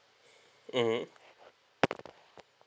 mmhmm